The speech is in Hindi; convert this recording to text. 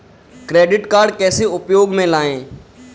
क्रेडिट कार्ड कैसे उपयोग में लाएँ?